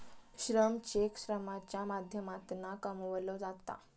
श्रम चेक श्रमाच्या माध्यमातना कमवलो जाता